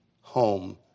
home